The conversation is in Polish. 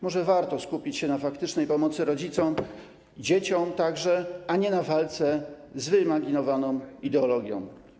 Może warto skupić się na faktycznej pomocy rodzicom i dzieciom, a nie na walce z wyimaginowaną ideologią.